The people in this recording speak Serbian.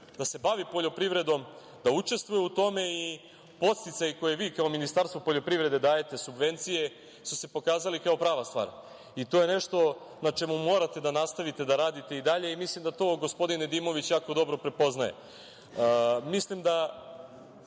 da se bavi poljoprivredom, da učestvuje u tome i podsticaji koje vi kao Ministarstvo poljoprivrede dajete, subvencije su se pokazale kao prava stvar. To je nešto na čemu morate da nastavite da radite i dalje i mislim da to gospodin Nedimović jako dobro prepoznaje. Sve ono